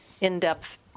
in-depth